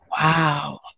Wow